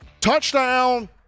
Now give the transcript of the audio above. touchdown